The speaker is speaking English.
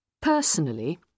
Personally